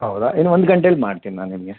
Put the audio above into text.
ಹೌದಾ ಇನ್ನು ಒಂದು ಗಂಟೆಲಿ ಮಾಡ್ತಿನಿ ನಾನು ನಿಮಗೆ